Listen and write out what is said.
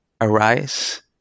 arise